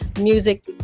music